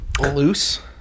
loose